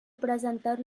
presentar